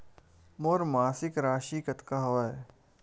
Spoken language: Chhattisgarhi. मोर मासिक राशि कतका हवय?